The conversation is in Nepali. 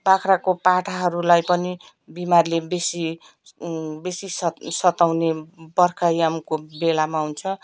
बाख्राको पाठाहरूलाई पनि बिमारले बेसी बेसी सत सताउने बर्खा यामको बेलामा हुन्छ